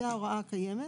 ההוראה הקיימת.